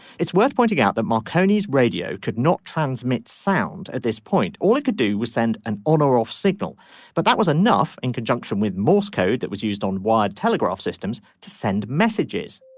it's worth pointing out that marconi is radio could not transmit sound at this point. all it could do was send an on or off signal but that was enough in conjunction with morse code that was used on wired telegraph systems to send messages